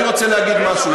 אני רוצה להגיד משהו,